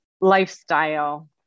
lifestyle